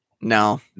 No